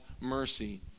mercy